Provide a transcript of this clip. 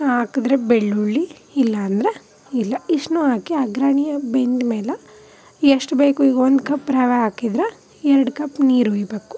ಹಾಕಿದ್ರೆ ಬೆಳ್ಳುಳ್ಳಿ ಇಲ್ಲಾಂದ್ರೆ ಇಲ್ಲ ಇಷ್ಟನ್ನೂ ಹಾಕಿ ಅಗ್ರಣಿಯ ಬೆಂದ ಮೇಲೆ ಎಷ್ಟು ಬೇಕು ಈಗ ಒಂದು ಕಪ್ ರವೆ ಹಾಕಿದ್ರ ಎರ್ಡು ಕಪ್ ನೀರು ಉಯ್ಯಬೇಕು